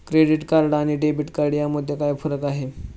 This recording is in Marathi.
क्रेडिट कार्ड आणि डेबिट कार्ड यामध्ये काय फरक आहे?